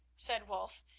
said wulf,